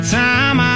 time